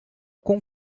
com